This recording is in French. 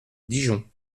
dijon